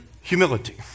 humility